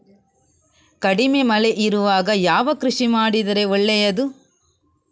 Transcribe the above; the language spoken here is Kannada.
ಕಡಿಮೆ ಮಳೆ ಇರುವಾಗ ಯಾವ ಕೃಷಿ ಮಾಡಿದರೆ ಒಳ್ಳೆಯದು?